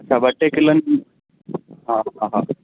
त ॿ टे किलनि हा हा हा